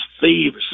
thieves